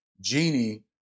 genie